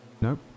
Nope